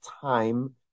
time